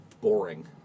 boring